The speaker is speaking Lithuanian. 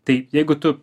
tai jeigu tu